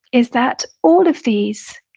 is that all of these,